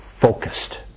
focused